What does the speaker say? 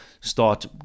start